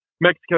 Mexico